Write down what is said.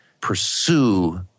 pursue